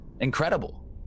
Incredible